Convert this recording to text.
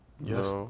yes